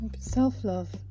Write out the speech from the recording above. self-love